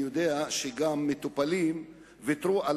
אני יודע שמטופלים כרוניים ויתרו על